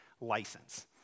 license